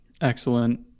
excellent